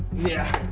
yeah.